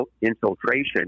infiltration